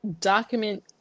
Document